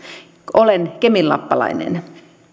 olen keminlappalainen